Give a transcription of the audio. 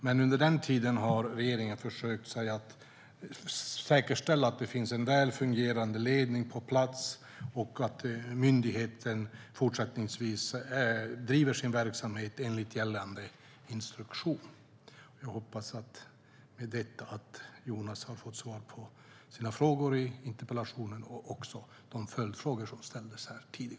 Men under den tiden har regeringen försökt säkerställa att det finns en väl fungerande ledning på plats och att myndigheten fortsättningsvis driver sin verksamhet enligt gällande instruktion. Jag hoppas att Jonas Jacobsson Gjörtler med detta har fått svar på frågorna i interpellationen och även på följdfrågorna.